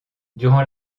durant